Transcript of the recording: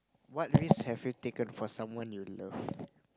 what risk have you taken for someone you love